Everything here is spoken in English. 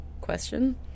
question